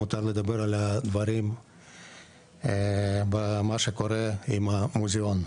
מותר לדבר על הדברים ועל מה שקורה עם המוזיאון,